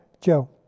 Joe